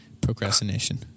Procrastination